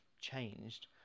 changed